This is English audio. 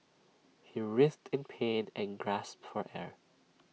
he writhed in pain and gasped for air